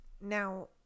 Now